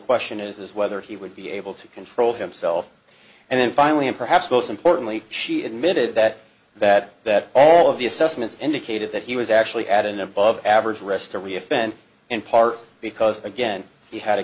question is whether he would be able to control himself and then finally and perhaps most importantly she admitted that that that all of the assessments indicated that he was actually at an above average rest to reoffend in part because again he had a